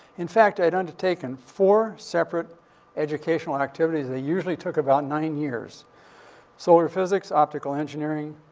in fact, i'd undertaken four separate educational activities. they usually took about nine years solar physics, optical engineering,